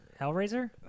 Hellraiser